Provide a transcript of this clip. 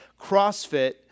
CrossFit